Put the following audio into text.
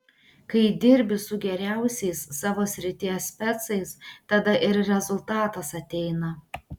kai dirbi su geriausiais savo srities specais tada ir rezultatas ateina